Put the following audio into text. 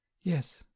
Yes